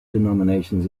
denominations